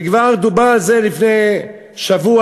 וכבר דובר על זה לפני שבוע,